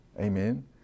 Amen